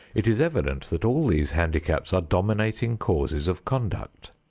it is evident that all these handicaps are dominating causes of conduct.